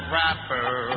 rapper